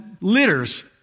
litters